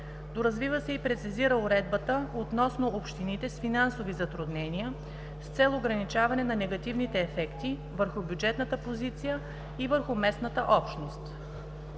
Доразвива се и се прецизира уредбата относно общините с финансови затруднения с цел ограничаване на негативните ефекти върху бюджетната позиция и върху местната общност.